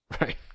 Right